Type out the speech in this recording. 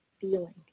feeling